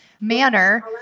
manner